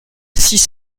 six